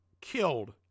killed